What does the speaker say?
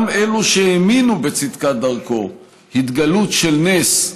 גם אלו שהאמינו בצדקת דרכו, התגלות של נס,